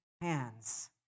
hands